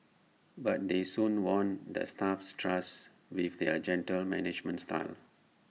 but they soon won the staff's trust with their gentle managerial style